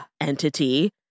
entity